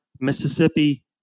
Mississippi